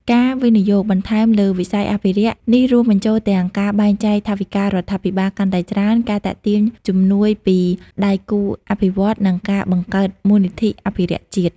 ការវិនិយោគបន្ថែមលើវិស័យអភិរក្ស នេះរួមបញ្ចូលទាំងការបែងចែកថវិការដ្ឋាភិបាលកាន់តែច្រើន ការទាក់ទាញជំនួយពីដៃគូអភិវឌ្ឍន៍ និងការបង្កើតមូលនិធិអភិរក្សជាតិ។